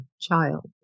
child